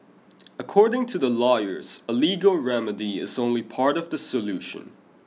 according to the lawyers a legal remedy is only part of the solution